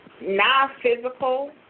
non-physical